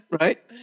right